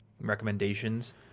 recommendations